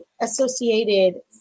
associated